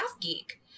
geek